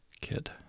Kid